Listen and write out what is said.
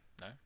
no